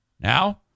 Now